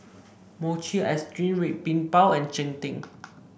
Mochi Ice Cream Red Bean Bao and Cheng Tng